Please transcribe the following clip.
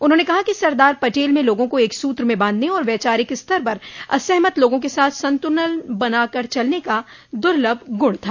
उन्होंने कहा कि सरदार पटेल में लोगों को एक सूत्र में बांधने और वैचारिक स्तर पर असहमत लोगों के साथ संतुलन बनाकर चलन का दुर्लभ गुण था